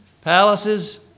palaces